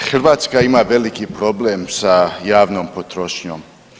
Hrvatska ima veliki problem sa javnom potrošnjom.